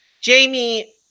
Jamie